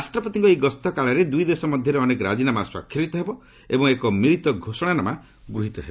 ରାଷ୍ଟ୍ରପତିଙ୍କ ଏହି ଗସ୍ତ କାଳରେ ଦୁଇଦେଶ ମଧ୍ୟରେ ଅନେକ ରାଜିନାମା ସ୍ପାକ୍ଷରିତ ହେବ ଏବଂ ଏକ ମିଳିତ ଘୋଷଣାନାମା ଗୃହୀତ ହେବ